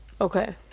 Okay